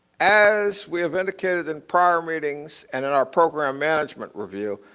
as we have indicated in prior meetings and in our program management review,